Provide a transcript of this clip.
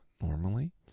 normally